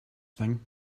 thing